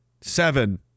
Seven